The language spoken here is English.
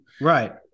Right